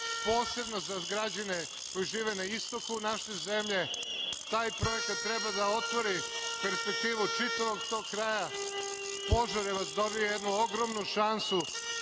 posebno za građane koji žive na istoku naše zemlje. Taj projekat treba da otvori perspektivu čitavog tog kraja. Požarevac dobija jednu ogromnu šansu